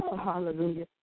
hallelujah